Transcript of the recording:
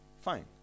Fine